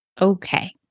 Okay